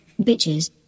bitches